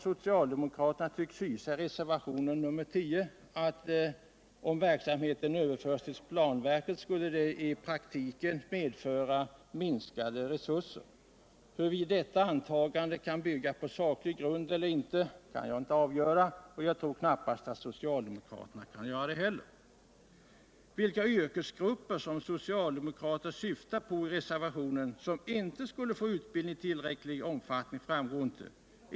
Socialdemokraterna tycks enligt reservationen 10 hysa farhågor för att resurserna i praktiken kommer att minska om verksamheten överförs till planverket. Huruvida detta antagande kan bygga på saklig grund eller inte kan inte jag avgöra, och jag tror inte heller socialdemokraterna kan göra det. Det framgår inte vilka yrkesgrupper socialdemokraterna syftar på i reservationen, som inte skulle få utbildning i tillräcklig omfattning.